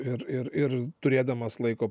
ir ir ir turėdamas laiko